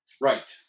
Right